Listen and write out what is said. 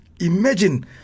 imagine